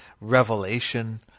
revelation